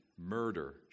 murder